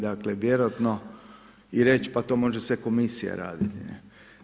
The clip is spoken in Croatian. Dakle, vjerojatno i reći pa to može sve komisija raditi, ne.